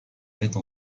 mettent